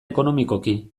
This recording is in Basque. ekonomikoki